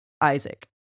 Isaac